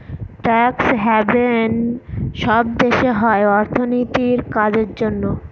tax haven সব দেশে হয় অর্থনীতির কাজের জন্য